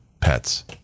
pets